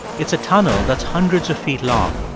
it's a tunnel that's hundreds of feet long.